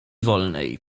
wolnej